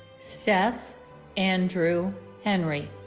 seth andrew henry